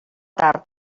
tard